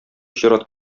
чират